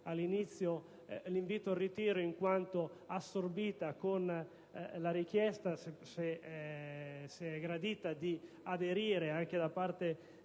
all'inizio un invito al ritiro, in quanto assorbita, con la richiesta, se gradita, di aderire, anche da parte